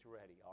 ready